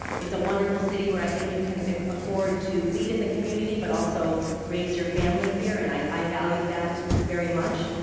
it's a wonderful city where i think you can afford to lead in the community, but also raise your family here. and i i value that very much.